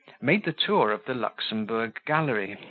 made the tour of the luxembourg gallery,